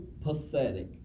pathetic